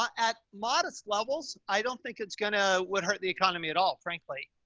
um at modest levels, i don't think it's gonna, would hurt the economy at all, frankly.